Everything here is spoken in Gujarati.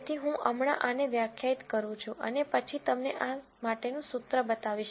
તેથી હું હમણાં આને વ્યાખ્યાયિત કરું છું અને પછી તમને આ માટેનું સૂત્ર બતાવીશ